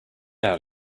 out